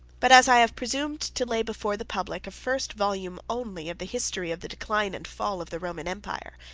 but as i have presumed to lay before the public a first volume only of the history of the decline and fall of the roman empire,